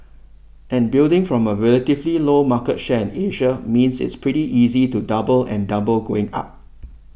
and building from a relatively low market share in Asia means it's pretty easy to double and double going up